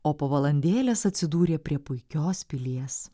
o po valandėlės atsidūrė prie puikios pilies